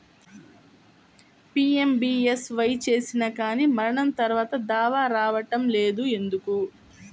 PMBSY చేసినా కానీ మరణం తర్వాత దావా రావటం లేదు ఎందుకు?